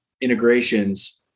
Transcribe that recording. integrations